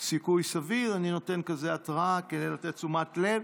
סיכוי סביר, אני נותן התראה, לתשומת לב.